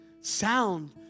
sound